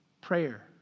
prayer